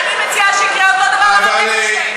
אני מציעה שיקרה אותו דבר לרב לוינשטיין.